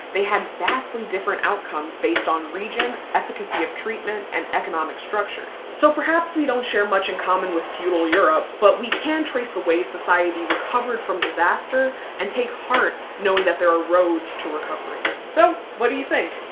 they had vastly different outcomes based on region, efficacy of treatment, and economic structures. so perhaps we don't share much in common with feudal europe, but we can trace the ways society recovered from disaster and take heart knowing that there are roads to recovery. so what do you think?